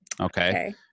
Okay